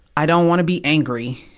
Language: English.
i don't wanna be angry.